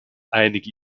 einige